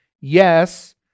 Yes